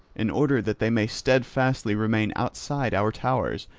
in order that they may steadfastly remain outside our towers,